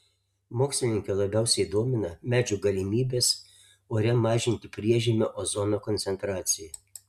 mokslininkę labiausiai domina medžių galimybės ore mažinti priežemio ozono koncentraciją